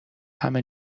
همه